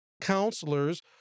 counselors